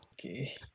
Okay